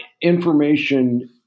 information